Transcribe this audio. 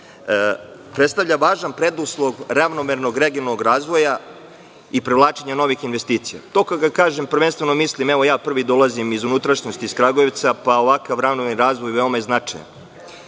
predstavlja važan preduslov ravnomernog regionalnog razvoja i prevlačenju novih investicija. To kada kažem prvenstveno mislim, prvi dolazi iz unutrašnjosti iz Kragujevca, da je ovakav regionalni razvoj veoma značajan. Vezano